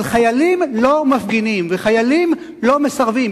אבל חיילים לא מפגינים, וחיילים לא מסרבים.